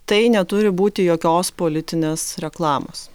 tai neturi būti jokios politinės reklamos